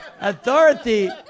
authority